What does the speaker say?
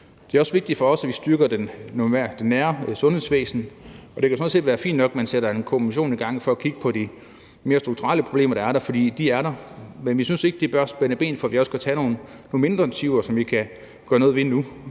Det er også vigtigt for os, at vi styrker det nære sundhedsvæsen. Det kan sådan set være fint nok, at man sætter en kommission i gang for at kigge på de mere strukturelle problemer, der er dér, for de er der, men vi synes ikke, at det bør spænde ben for, at vi også kan tage nogle mindre initiativer, som vi kan gøre noget ved nu.